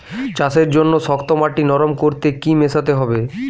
চাষের জন্য শক্ত মাটি নরম করতে কি কি মেশাতে হবে?